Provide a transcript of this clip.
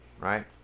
Right